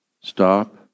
stop